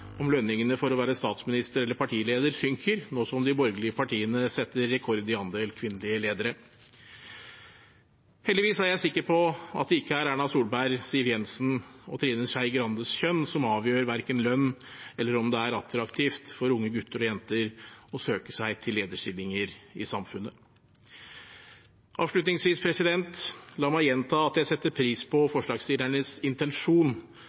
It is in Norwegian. om lønningene for å være statsminister eller partileder synker nå som de borgerlige partiene setter rekord i andel kvinnelige ledere. Heldigvis er jeg sikker på at det ikke er Erna Solberg, Siv Jensen og Trine Skei Grandes kjønn som avgjør verken lønn eller om det er attraktivt for unge gutter og jenter å søke seg til lederstillinger i samfunnet. Avslutningsvis: La meg gjenta at jeg setter pris på forslagsstillernes intensjon